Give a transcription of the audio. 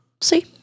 See